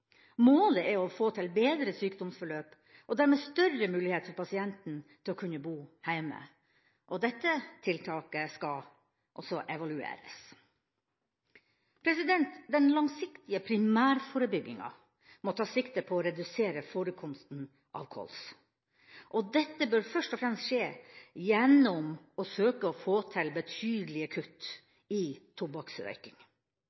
Målet er å få til bedre sykdomsforløp og dermed større mulighet for pasienten til å kunne bo heime. Også dette tiltaket skal evalueres. Den langsiktige primærforebygginga må ta sikte på å redusere forekomsten av kols. Dette bør først og fremst skje gjennom å søke å få til betydelige